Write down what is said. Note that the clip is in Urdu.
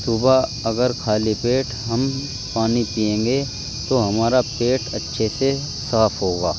صبح اگر خالی پیٹ ہم پانی پیئیں گے تو ہمارا پیٹ اچھے سے صاف ہوگا